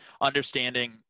understanding